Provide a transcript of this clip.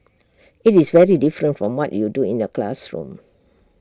it's very different from what you do in the classroom